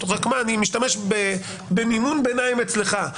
אבל אני משתמש במימון ביניים אצלך,